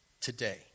today